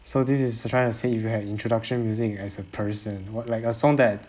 so this is trying to say if you had introduction music as a person what like a song that